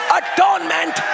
atonement